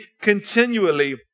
continually